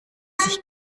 sich